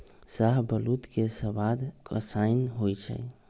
शाहबलूत के सवाद कसाइन्न होइ छइ